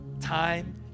time